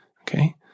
okay